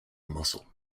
muscle